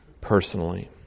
personally